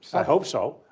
i hope so.